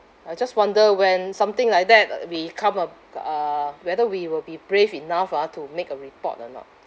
I just wonder when something like that uh we come um uh whether we will be brave enough ah to make a report or not